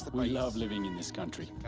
we love living in this country.